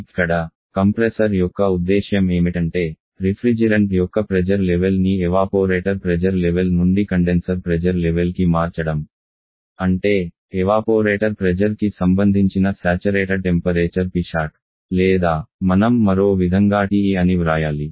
ఇక్కడ కంప్రెసర్ యొక్క ఉద్దేశ్యం ఏమిటంటే రిఫ్రిజిరెన్ట్ యొక్క ప్రెజర్ లెవెల్ ని ఎవాపోరేటర్ ప్రెజర్ లెవెల్ నుండి కండెన్సర్ ప్రెజర్ లెవెల్ కి మార్చడం అంటే ఎవాపోరేటర్ ప్రెజర్ కి సంబంధించిన సంతృప్త టెంపరేచర్ Psat లేదా మనం మరో విధంగా TE అని వ్రాయాలి